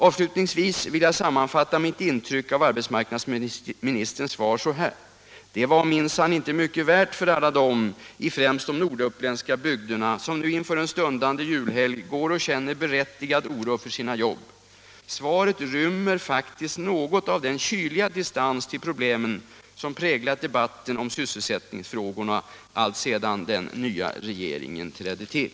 Avslutningsvis vill jag sammanfatta mitt intryck av arbetsmarknadsministerns svar så här: Det var minsann inte mycket värt för alla dem i främst de norduppländska bygderna som nu inför en stundande julhelg går och känner berättigad oro för sina jobb. Svaret rymmer faktiskt något av den kyliga distans till problemen som präglat debatten om sysselsättningsfrågorna alltsedan den nya regeringen trädde till.